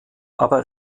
aber